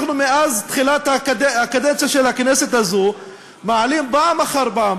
אנחנו מאז תחילת הקדנציה של הכנסת הזו מעלים פעם אחר פעם,